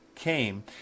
came